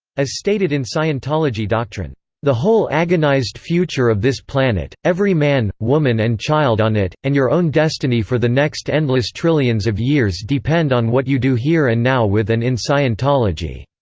as stated in scientology doctrine the whole agonized future of this planet, every man, woman and child on it, and your own destiny for the next endless trillions of years depend on what you do here and now with and in scientology.